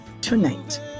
tonight